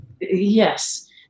yes